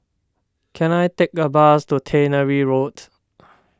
can I take a bus to Tannery Road